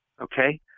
Okay